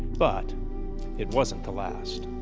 but it wasn't to last.